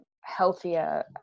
healthier